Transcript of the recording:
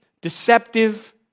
deceptive